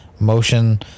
motion